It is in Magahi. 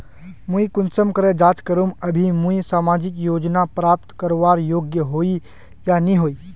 मुई कुंसम करे जाँच करूम की अभी मुई सामाजिक योजना प्राप्त करवार योग्य होई या नी होई?